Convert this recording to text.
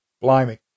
Blimey